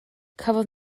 cafodd